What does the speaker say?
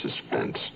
suspense